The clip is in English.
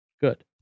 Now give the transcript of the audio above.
Good